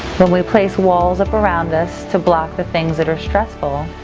when we place walls up around us to block the things that are stressful,